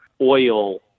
oil